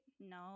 No